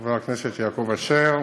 חבר הכנסת יעקב אשר,